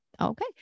okay